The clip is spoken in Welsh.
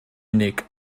unig